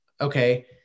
okay